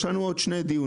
יש לנו עוד שני דיונים.